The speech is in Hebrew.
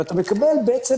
ואתה מקבל בעצם